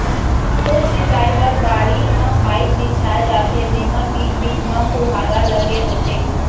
उप सिंचई बर बाड़ी म पाइप बिछाए जाथे जेमा बीच बीच म फुहारा लगे होथे